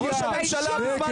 להוציא את מיכל שיר.